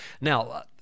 Now